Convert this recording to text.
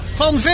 van